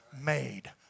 made